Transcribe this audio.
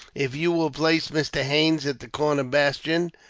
if you will place mr. haines at the corner bastion,